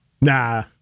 Nah